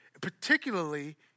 particularly